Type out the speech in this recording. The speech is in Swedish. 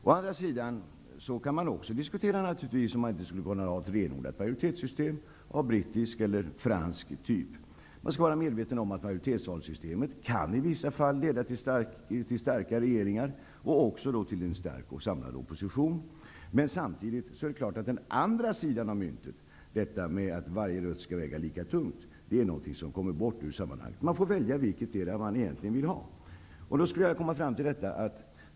Å andra sidan kan man naturligtvis diskutera möjligheten att ha ett renodlat majoritetssystem av brittisk eller fransk typ. Man skall vara medveten om att ett majoritetsvalssystem i vissa fall leder till starka regeringar men också till en stark och samlad opposition. Samtidigt är det emellertid klart att myntet har en baksida. Jag tänker då på detta med att varje röst skall väga lika tungt. Det kommer bort i sammanhanget. Man får välja vilketdera man egentligen vill ha.